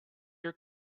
your